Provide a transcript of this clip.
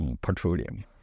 petroleum